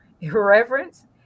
irreverence